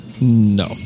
No